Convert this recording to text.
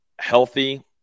healthy